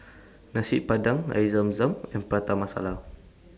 Nasi Padang Air Zam Zam and Prata Masala